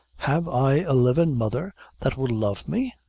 have i a livin' mother, that will love me?